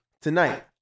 Tonight